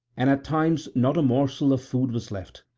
and at times not a morsel of food was left,